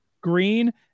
Green